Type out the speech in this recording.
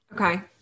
Okay